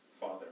Father